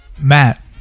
Matt